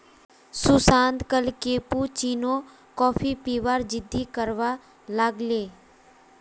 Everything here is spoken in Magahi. सुशांत कल कैपुचिनो कॉफी पीबार जिद्द करवा लाग ले